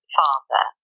father